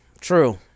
True